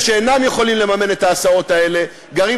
ואלה שאינם יכולים לממן את ההסעות הללו גרים,